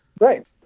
Right